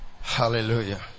Hallelujah